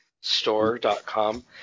Store.com